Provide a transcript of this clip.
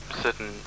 certain